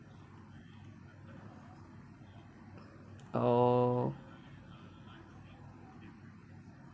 oo